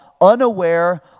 unaware